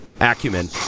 acumen